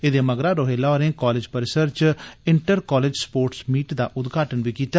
एह्दे मगरा श्री रोहेला होरें कालेज परिसर च इंटर कालेज स्पोर्टस मीट दा बी उद्घाटन कीता